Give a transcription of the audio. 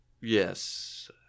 Yes